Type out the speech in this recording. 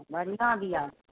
बढ़िआँ बिआ